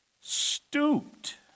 stooped